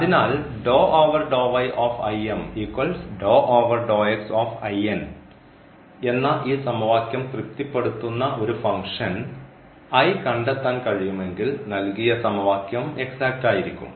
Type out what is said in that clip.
അതിനാൽ എന്ന ഈ സമവാക്യം തൃപ്തിപ്പെടുത്തുന്ന ഒരു ഫംഗ്ഷൻ കണ്ടെത്താൻ കഴിയുമെങ്കിൽ നൽകിയ സമവാക്യം എക്സാറ്റ് ആയിരിക്കും